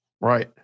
Right